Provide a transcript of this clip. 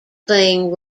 playing